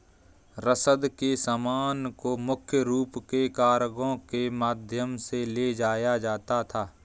रसद के सामान को मुख्य रूप से कार्गो के माध्यम से ले जाया जाता था